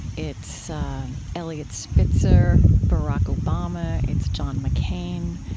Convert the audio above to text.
it's eliot spitzer, barack obama. it's john mccain,